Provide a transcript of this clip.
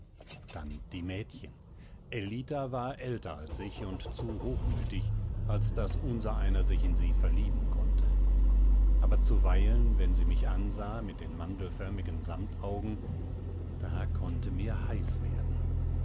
dann die mädchen ellita war älter als ich und zu hochmütig als daß unsereiner sich in sie verlieben konnte aber zuweilen wenn sie mich ansah mit den mandelförmigen samtaugen da konnte mir heiß werden